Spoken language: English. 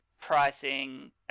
pricing